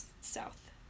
south